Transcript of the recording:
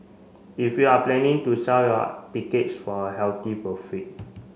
if you're planning to sell your tickets for a healthy profit